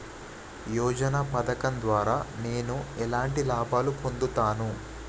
యోజన పథకం ద్వారా నేను ఎలాంటి లాభాలు పొందుతాను?